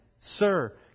Sir